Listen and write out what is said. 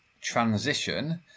transition